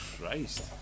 Christ